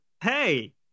hey –